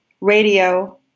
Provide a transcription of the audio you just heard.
radio